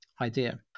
idea